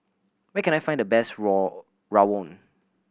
where can I find the best raw rawon